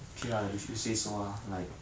okay ah if you say so ah like